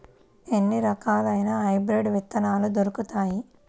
ఎన్ని రకాలయిన హైబ్రిడ్ విత్తనాలు దొరుకుతాయి?